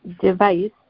device